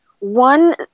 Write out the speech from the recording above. One